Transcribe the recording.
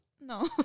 No